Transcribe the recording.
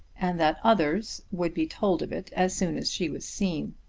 and that others would be told of it as soon as she was seen.